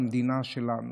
במדינה שלנו,